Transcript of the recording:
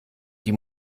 die